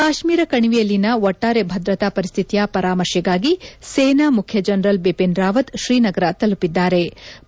ಕಾಶ್ಮೀರ ಕಣಿವೆಯಲ್ಲಿನ ಒಟ್ಸಾರೆ ಭದ್ರತಾ ಪರಿಸ್ಥಿತಿಯ ಪರಾಮರ್ಶೆಗಾಗಿ ಸೇನಾ ಮುಖ್ಯ ಜನರಲ್ ಬಿಪಿನ್ ರಾವತ್ ಶ್ರೀನಗರ ತಲುಪಿದ್ಲಾರೆ